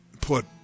put